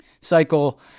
cycle